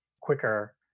quicker